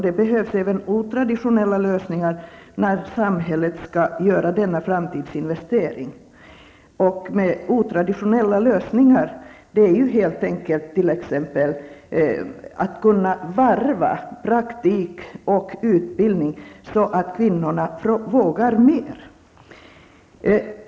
Det behövs även otraditionella lösningar när samhället skall göra denna framtidsinvestering. En otraditionell lösning är helt enkelt att varva praktik och utbildning, så att kvinnor vågar mer.